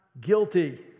guilty